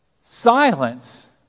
silence